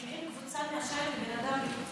כי אם קבוצה מאפשרת לבן אדם בתוכה,